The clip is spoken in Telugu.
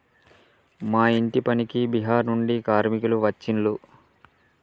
మా ఇంటి పనికి బీహార్ నుండి కార్మికులు వచ్చిన్లు